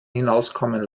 hinauskommen